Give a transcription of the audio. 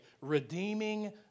redeeming